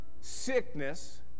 sickness